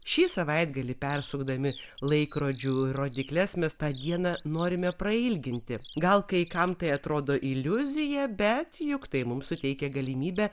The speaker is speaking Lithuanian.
šį savaitgalį persukdami laikrodžių rodykles mes tą dieną norime prailginti gal kai kam tai atrodo iliuzija bet juk tai mums suteikia galimybę